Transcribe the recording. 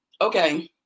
okay